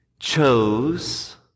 chose